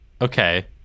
Okay